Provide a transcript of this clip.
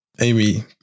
Amy